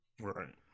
Right